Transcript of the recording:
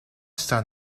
está